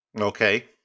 Okay